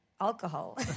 alcohol